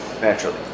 naturally